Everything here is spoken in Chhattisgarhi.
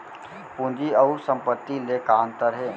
पूंजी अऊ संपत्ति ले का अंतर हे?